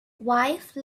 wife